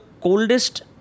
coldest